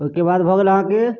ओहिकेबाद भऽ गेल अहाँके